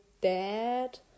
dad